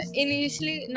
initially